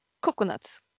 coconuts